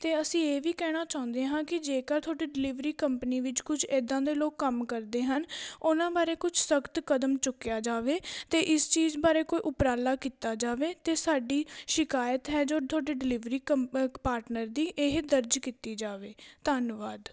ਅਤੇ ਅਸੀਂ ਇਹ ਵੀ ਕਹਿਣਾ ਚਾਹੁੰਦੇ ਹਾਂ ਕਿ ਜੇਕਰ ਤੁਹਾਡੇ ਡਿਲੀਵਰੀ ਕੰਪਨੀ ਵਿੱਚ ਕੁਝ ਇਦਾਂ ਦੇ ਲੋਕ ਕੰਮ ਕਰਦੇ ਹਨ ਉਹਨਾਂ ਬਾਰੇ ਕੁਝ ਸਖਤ ਕਦਮ ਚੁੱਕਿਆ ਜਾਵੇ ਅਤੇ ਇਸ ਚੀਜ਼ ਬਾਰੇ ਕੋਈ ਉਪਰਾਲਾ ਕੀਤਾ ਜਾਵੇ ਅਤੇ ਸਾਡੀ ਸ਼ਿਕਾਇਤ ਹੈ ਜੋ ਤੁਹਾਡੇ ਡਲੀਵਰੀ ਪਾਰਟਨਰ ਦੀ ਇਹ ਦਰਜ ਕੀਤੀ ਜਾਵੇ ਧੰਨਵਾਦ